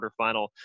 quarterfinal